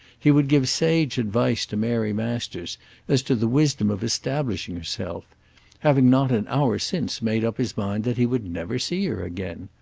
he would give sage advice to mary masters as to the wisdom of establishing herself having not an hour since made up his mind that he would never see her again!